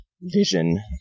vision